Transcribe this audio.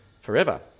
forever